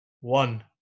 One